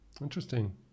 Interesting